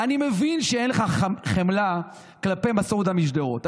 אני מבין שאין לך חמלה כלפי מסעודה משדרות.